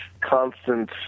constant